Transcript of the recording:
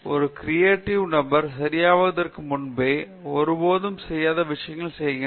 ஒரு கிரியேட்டிவ் நபர் சரியாவதற்கு முன்பு ஒருபோதும் செய்யாத விஷயங்களைச் செய்கிறார்